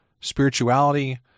spirituality